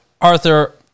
Arthur